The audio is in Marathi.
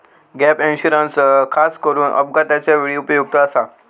गॅप इन्शुरन्स खासकरून अपघाताच्या वेळी उपयुक्त आसा